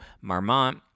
Marmont